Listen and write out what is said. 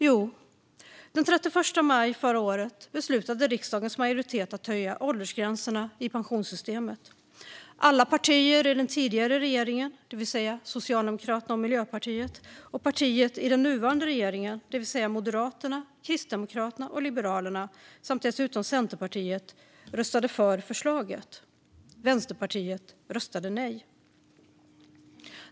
Jo, den 31 maj förra året beslutade riksdagens majoritet att höja åldersgränserna i pensionssystemet. Alla partier i den tidigare regeringen, det vill säga Socialdemokraterna och Miljöpartiet, och partierna i den nuvarande regeringen, det vill säga Moderaterna, Kristdemokraterna och Liberalerna samt dessutom Centerpartiet röstade för förslaget. Vänsterpartiet röstade nej.